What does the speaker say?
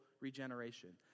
regeneration